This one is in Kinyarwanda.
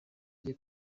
gihe